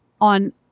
on